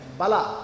Bala